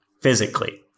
physically